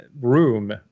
room